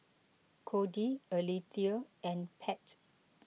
Codie Alethea and Pat